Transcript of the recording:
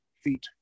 feet